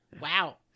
Wow